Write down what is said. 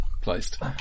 placed